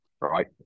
right